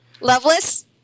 Loveless